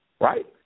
right